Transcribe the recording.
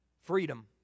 Freedom